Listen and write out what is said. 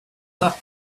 that